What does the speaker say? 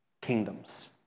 kingdoms